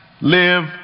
live